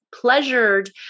pleasured